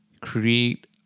Create